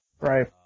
right